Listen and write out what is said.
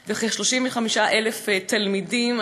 שקל וכ-35,000 תלמידים,